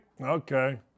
Okay